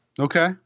Okay